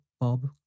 bob